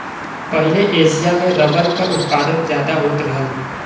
पहिले एसिया में रबर क उत्पादन जादा होत रहल